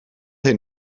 hyn